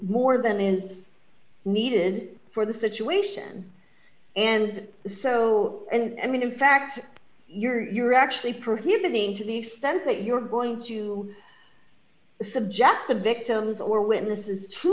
more than is needed for the situation and so and in fact you're you're actually prohibiting to the extent that you're going to subject the victims or witnesses to